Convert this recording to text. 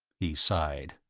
he sighed.